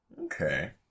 Okay